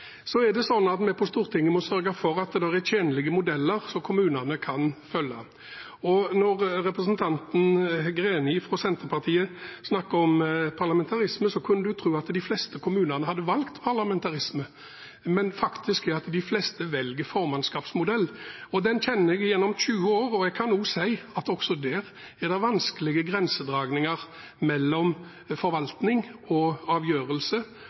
Vi på Stortinget må sørge for at det er tjenlige modeller kommunene kan følge. Når representanten Greni fra Senterpartiet snakker om parlamentarisme, kunne en tro at de fleste kommunene hadde valgt parlamentarisme, men faktum er at de fleste velger formannskapsmodell. Den har jeg kjent gjennom 20 år, og jeg kan si at det også er vanskelige grensedragninger mellom forvaltning og avgjørelse